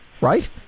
right